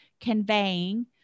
conveying